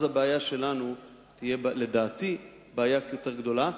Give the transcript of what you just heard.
אז הבעיה שלנו, לדעתי, תהיה יותר גדולה.